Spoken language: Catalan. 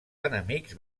enemics